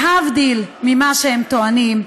להבדיל ממה שהם טוענים,